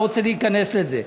לא רוצה להיכנס לזה.